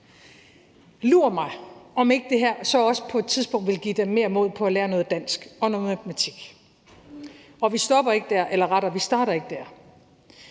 Lur mig, om ikke også det her så på et tidspunkt vil give dem mere mod på at lære noget dansk og noget matematik. Men vi starter ikke der, for i virkeligheden